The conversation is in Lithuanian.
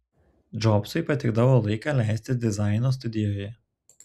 džobsui patikdavo laiką leisti dizaino studijoje